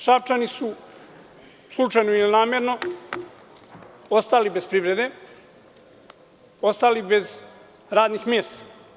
Šapčani su, slučajno ili namerno, ostali bez privrede, ostali bez radnih mesta.